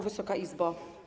Wysoka Izbo!